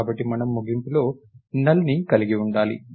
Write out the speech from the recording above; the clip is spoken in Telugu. కాబట్టి మనము ముగింపులో నల్ ను కలిగి ఉండాలి